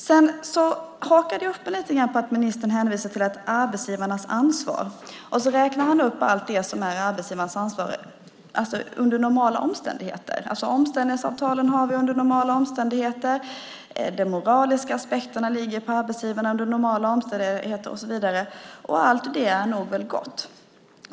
Jag hakade upp mig lite grann på att ministern hänvisade till arbetsgivarnas ansvar, och så räknade han upp allt det som är arbetsgivarnas ansvar under normala omständigheter. Omställningsavtalen har vi under normala omständigheter, de moraliska aspekterna ligger på arbetsgivarna under normala omständigheter och så vidare, och allt det är nog gott.